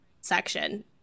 section